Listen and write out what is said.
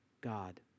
God